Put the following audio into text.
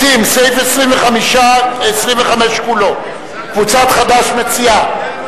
סעיף 25 כולו, קבוצת חד"ש מציעה.